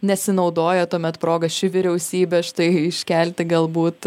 nesinaudoja tuomet proga ši vyriausybė štai iškelti galbūt